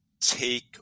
take